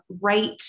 right